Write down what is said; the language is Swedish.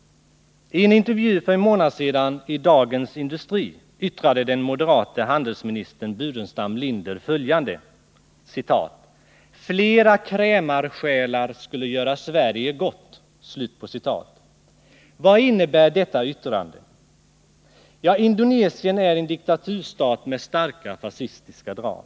I en intervju för en månad sedan i Dagens Industri yttrade den moderate handelsministern Burenstam Linder: ”Flera krämarsjälar skulle göra Sverige gott.” Vad innebär detta yttrande? Indonesien är en diktaturstat med starka fascistiska drag.